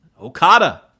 Okada